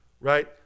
Right